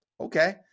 Okay